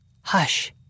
Hush